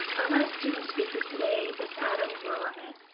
our last student speaker today is adam broerman.